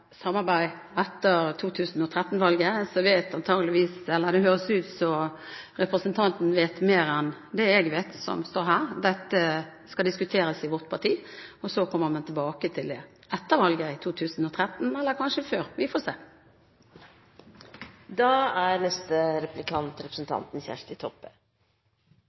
samarbeid etter 2013-valget, høres det ut som om representanten vet mer om dette enn det jeg som står her, vet. Dette skal diskuteres i vårt parti. Så kommer man tilbake til det etter valget i 2013 – eller kanskje før, vi får se.